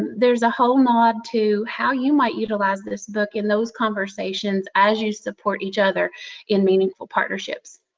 there is a whole nod to how you might utilize this book in those conversations as you support each other in meaningful partnerships.